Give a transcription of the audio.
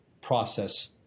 process